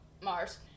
Mars